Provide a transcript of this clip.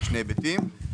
שני היבטים.